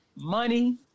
money